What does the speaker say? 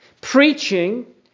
Preaching